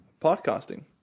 podcasting